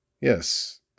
Yes